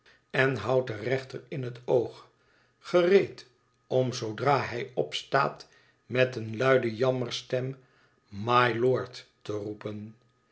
en houdt den rechter in het oog gereed om zoodra hij opstaat met eene luide jammerstem mylord te roepen